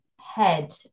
head